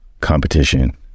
competition